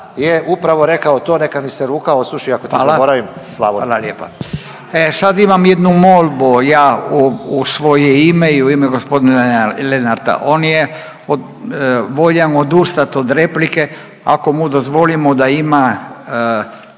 Furio (Nezavisni)** Hvala lijepa. Sad imam jednu molbu ja u svoje ime i u ime gospodina Lenarta. On je voljan odustati od replike ako mu dozvolimo da ima,